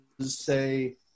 say